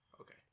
Okay